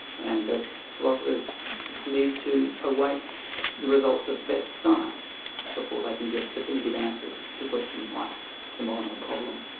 and that philosophers need to await the results of best science before they can get definitive answers to questions like the molyneux problem.